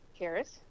Karis